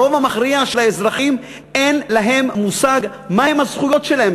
הרוב המכריע של האזרחים אין להם מושג מה הן הזכויות שלהם,